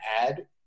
add